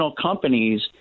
companies